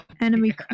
enemy